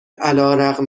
علیرغم